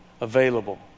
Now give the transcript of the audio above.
available